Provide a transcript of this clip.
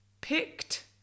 picked